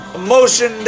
emotion